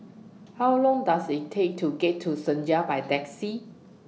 How Long Does IT Take to get to Senja By Taxi